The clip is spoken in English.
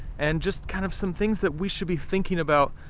and just kind of some things that we should be thinking about,